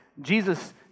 Jesus